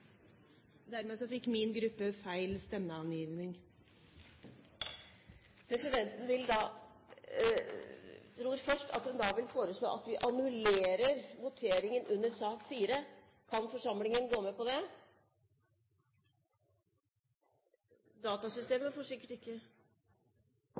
Dermed fikk min gruppe feil stemmeangivning. Presidenten tror at hun vil foreslå at vi annullerer voteringen under sak nr. 4. Kan forsamlingen gå med på